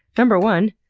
number one,